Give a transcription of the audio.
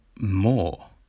more